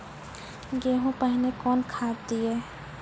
गेहूँ पहने कौन खाद दिए?